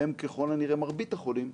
והם ככל הנראה מרבית החולים,